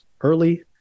early